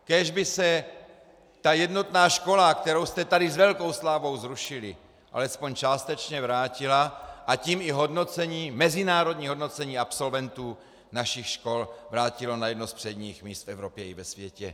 Kéž by se jednotná škola, kterou jste tady s velkou slávou zrušili, alespoň částečně vrátila, a tím se i mezinárodní hodnocení absolventů našich škol vrátilo na jedno z předních míst v Evropě i ve světě.